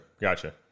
Gotcha